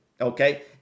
okay